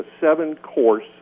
seven-course